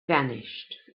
vanished